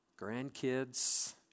grandkids